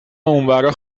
اونورا